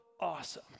awesome